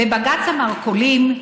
בבג"ץ המרכולים,